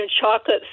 chocolates